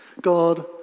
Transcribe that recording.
God